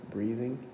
Breathing